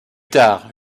tard